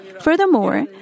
Furthermore